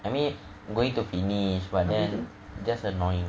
I mean going to finish but then just annoying